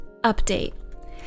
Update